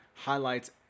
Highlights